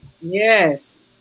Yes